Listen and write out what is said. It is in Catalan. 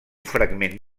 fragment